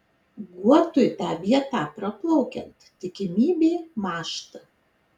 guotui tą vietą praplaukiant tikimybė mąžta